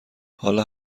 حالا